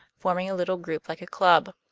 forming a little group like a club.